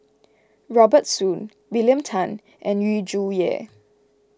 Robert Soon William Tan and Yu Zhuye